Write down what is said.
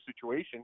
situation